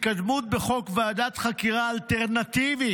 התקדמות בחוק ועדת חקירה אלטרנטיבית,